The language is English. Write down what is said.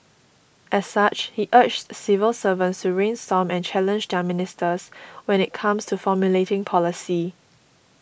as such he urged civil servants to brainstorm and challenge their ministers when it comes to formulating policy